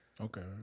Okay